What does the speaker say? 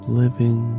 living